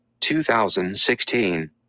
2016